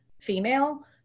female